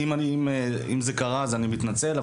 אם זה קרה אני מתנצל,